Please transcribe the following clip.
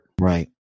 Right